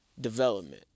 development